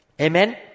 Amen